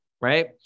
Right